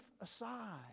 aside